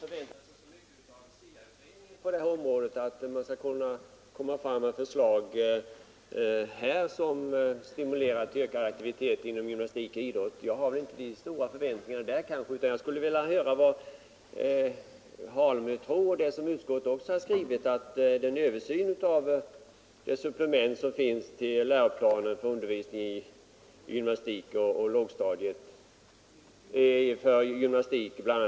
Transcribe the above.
Herr talman! Herr Alemyr förväntar sig så mycket av SIA-utredningen på detta område och tror att den skall komma att lägga fram förslag till ökad aktivitet inom gymnastik och idrott. Jag har i det avseendet inte så stora förväntningar på SIA-utredningen. Jag skulle vilja höra vad herr Alemyr i det här sammanhanget tror om den översyn av supplementet till Lgr 69 angående undervisningen i ämnet gymnastik på bl.a. lågstadiet, en översyn som även utskottet talar om.